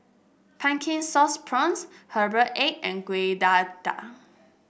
Pumpkin Sauce Prawns Herbal Egg and Kueh Dadar